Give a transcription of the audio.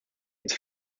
its